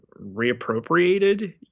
reappropriated